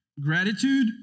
Gratitude